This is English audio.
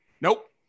nope